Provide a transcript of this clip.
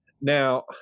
Now